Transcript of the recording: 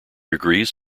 degrees